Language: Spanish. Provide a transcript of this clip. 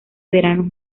veranos